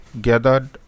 gathered